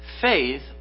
faith